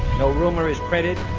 no rumor is printed,